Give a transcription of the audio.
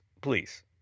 please